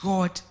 God